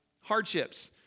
Hardships